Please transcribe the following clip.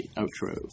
outro